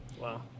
Wow